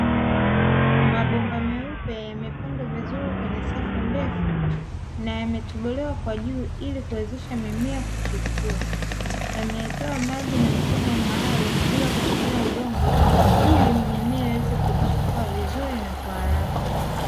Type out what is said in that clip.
Mabomba meupe yamepangwa vizuri kwenye safu ndefu na yametobolewa kwa juu, ili kuwezesha mimea kuchipua yamewekewa maji na mfumo maalumu bila kutumia udongo, ili mimea iweze kuchipua vizuri na kwa haraka.